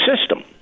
system